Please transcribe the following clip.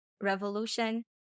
revolution